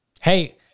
Hey